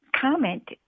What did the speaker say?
comment